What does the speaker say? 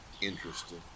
interested